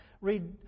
read